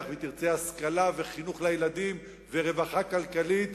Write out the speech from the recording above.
ותרצה השכלה וחינוך לילדים ורווחה כלכלית,